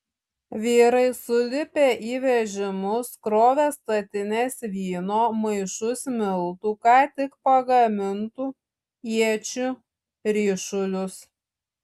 vyrai sulipę į vežimus krovė statines vyno maišus miltų ką tik pagamintų iečių ryšulius